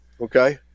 okay